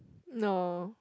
no